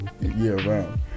year-round